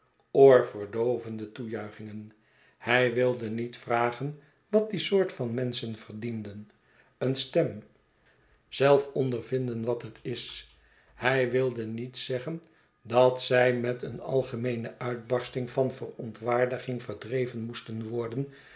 hij wilde niet vragen wat die soort van menschen verdienden een stem zelf ondervinden wat het is hij wilde niet zeggen dat zij met een algemeene uitbarsting van verontwaardiging verdreven moesten worden